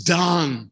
done